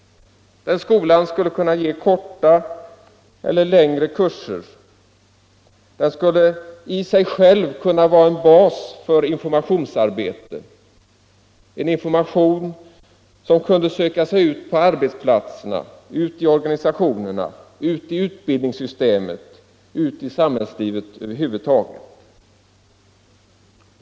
Den skolan skulle kunna ge kortare eller längre kurser. Den skulle i sig själv kunna vara en bas för informationsarbete, och informationen kunde söka sig ut på arbetsplatserna, i organisationerna, i utbildningssystemet och ut i samhällslivet över huvud taget.